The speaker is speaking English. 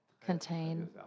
contain